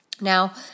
Now